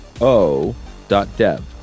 O.dev